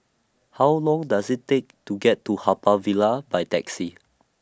How Long Does IT Take to get to Haw Par Villa By Taxi